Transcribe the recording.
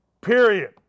period